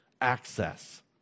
access